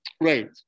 Right